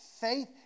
faith